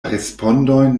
respondojn